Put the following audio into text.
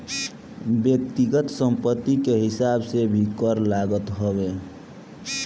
व्यक्तिगत संपत्ति के हिसाब से भी कर लागत हवे